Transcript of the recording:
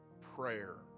prayer